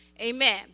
Amen